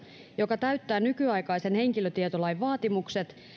joka täyttää nykyaikaisen henkilötietolain vaatimukset